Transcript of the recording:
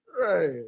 Right